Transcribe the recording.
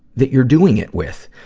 that you're doing it with,